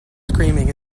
screaming